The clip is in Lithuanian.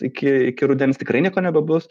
iki iki rudens tikrai nieko nebebus